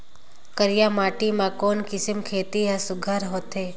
करिया माटी मा कोन किसम खेती हर सुघ्घर होथे?